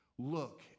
look